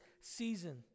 season